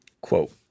quote